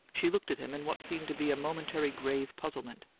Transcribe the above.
she looked at him in what seemed to be a momentary grave puzzlement.